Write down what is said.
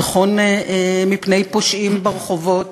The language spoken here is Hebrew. הביטחון מפני פושעים ברחובות